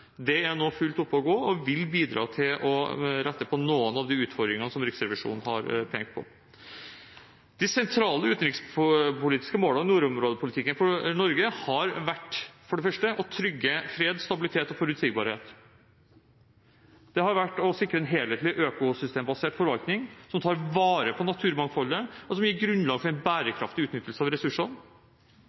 Det er nå oppe og går for fullt og vil bidra til å rette på noen av de utfordringene som Riksrevisjonen har pekt på. De sentrale utenrikspolitiske målene i nordområdepolitikken har for Norge for det første vært å trygge fred, stabilitet og forutsigbarhet. Det har vært å sikre en helhetlig økosystembasert forvaltning som tar vare på naturmangfoldet, og som gir grunnlag for en bærekraftig utnyttelse av ressursene.